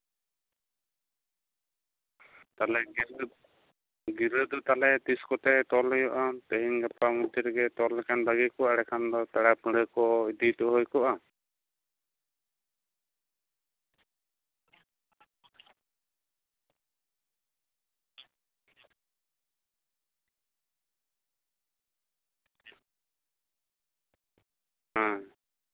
ᱛᱟᱞᱚᱦᱮ ᱜᱤ ᱜᱤᱨᱟᱹ ᱫᱚ ᱛᱟᱞᱚᱦᱮ ᱛᱤᱥ ᱠᱚᱛᱮ ᱛᱚᱞ ᱦᱩᱭᱩᱜᱼᱟ ᱛᱮᱦᱮᱧᱼᱜᱟᱯᱟ ᱢᱚᱫᱽᱫᱷᱮ ᱨᱮᱜᱮ ᱛᱚᱞ ᱞᱮᱠᱷᱟᱱ ᱵᱷᱟᱹᱜᱤ ᱠᱚᱜᱼᱟ ᱮᱸᱰᱮ ᱠᱷᱟᱱ ᱯᱮᱲᱟᱼᱯᱟᱺᱲᱦᱟᱹ ᱠᱚ ᱤᱫᱤ ᱦᱚᱴᱚ ᱦᱩᱭ ᱠᱚᱜᱼᱟ ᱦᱮᱸ